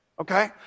Okay